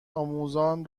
آموزان